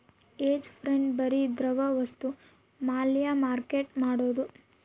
hedge fund ಬರಿ ದ್ರವ ವಸ್ತು ಮ್ಯಾಲ ಮಾರ್ಕೆಟ್ ಮಾಡೋದು